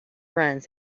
runs